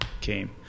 came